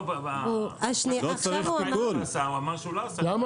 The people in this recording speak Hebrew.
לא --- הוא אמר שהוא לא עשה --- הוא אמר.